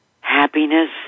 happiness